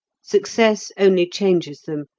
success only changes them,